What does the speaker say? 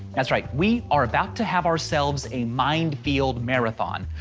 that's right, we are about to have ourselves a mind field marathon.